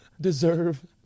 deserve